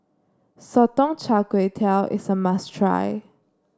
Sotong Char Kway is a must try